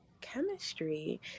chemistry